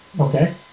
Okay